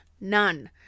none